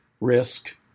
risk